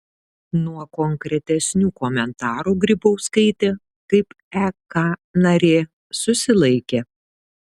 nuo konkretesnių komentarų grybauskaitė kaip ek narė susilaikė